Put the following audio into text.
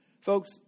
Folks